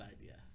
idea